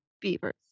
beavers